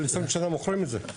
אבל 20 שנה מוכרים את זה.